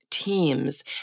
Teams